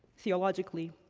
theologically,